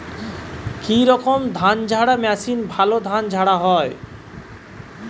কি রকম ধানঝাড়া মেশিনে ভালো ধান ঝাড়া হয়?